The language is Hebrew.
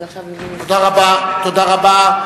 תודה רבה.